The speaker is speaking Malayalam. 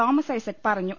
തോമസ് ഐസക് പറഞ്ഞു